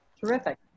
Terrific